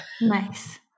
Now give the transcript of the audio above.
Nice